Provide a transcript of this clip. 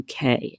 UK